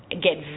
get